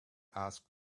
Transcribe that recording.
asked